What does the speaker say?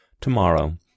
tomorrow